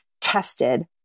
tested